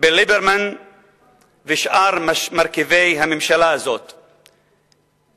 בין ליברמן ושאר מרכיבי הממשלה הזאת,